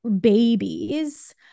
babies